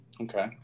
Okay